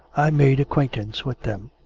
i made acquaintance with them,